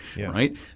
right